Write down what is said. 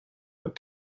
but